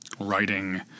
writing